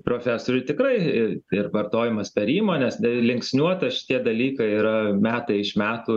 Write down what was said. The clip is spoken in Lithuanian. profesoriui tikrai ir vartojimas per įmones linksniuota šitie dalykai yra metai iš metų